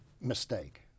mistake